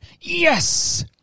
Yes